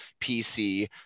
pc